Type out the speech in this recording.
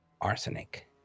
Arsenic